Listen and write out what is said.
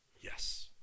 Yes